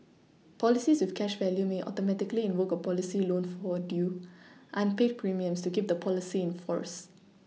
policies with cash value may Automatically invoke a policy loan for due unpaid premiums to keep the policy in force